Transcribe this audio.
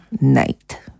night